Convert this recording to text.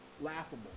laughable